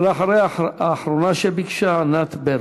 ואחריה, האחרונה שביקשה, ענת ברקו.